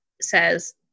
says